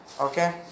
Okay